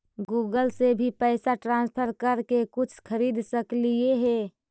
Google से भी पैसा ट्रांसफर कर के कुछ खरिद सकलिऐ हे?